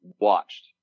watched